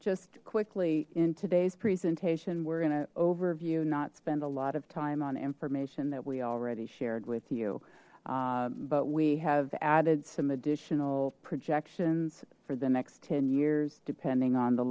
just quickly in today's presentation we're going to overview not spend a lot of time on information that we already shared with you but we have added some additional projections for the next ten years depending on the